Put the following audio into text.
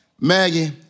Maggie